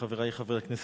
חברי חברי הכנסת,